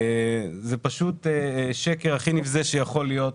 זה פשוט שקר הכי נבזה שיכול להיות.